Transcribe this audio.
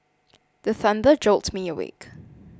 the thunder jolt me awake